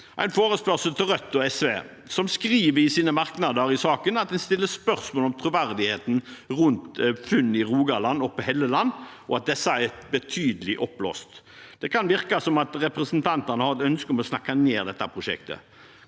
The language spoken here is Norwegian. en forespørsel til Rødt og SV, som skriver i sine merknader i saken at de stiller spørsmål om troverdigheten rundt funn i Rogaland og på Helleland, og at disse er betydelig oppblåst: Det kan virke som representantene har et ønske om å snakke ned det prosjektet.